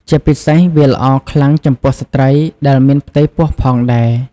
ជាពិសេសវាល្អខ្លាំងចំពោះស្រ្តីដែលមានផ្ទៃពោះផងដែរ។